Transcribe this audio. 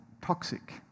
toxic